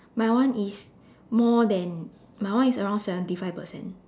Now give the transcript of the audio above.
my one is more than my one is around seventy five percent